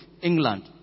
England